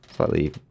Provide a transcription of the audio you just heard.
Slightly